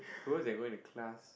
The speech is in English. those that go in to class